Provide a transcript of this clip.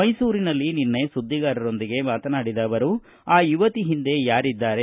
ಮೈಸೂರಿನಲ್ಲಿ ನಿನ್ನೆ ಸುದ್ದಿಗಾರರೊಂದಿಗೆ ಮಾತನಾಡಿದ ಅವರು ಆ ಯುವತಿ ಹಿಂದೆ ಯಾರಿದ್ದಾರೆ